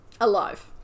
Alive